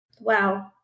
Wow